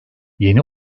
yeni